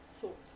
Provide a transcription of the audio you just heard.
thought